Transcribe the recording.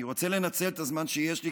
אני רוצה לנצל את הזמן שיש לי,